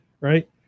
right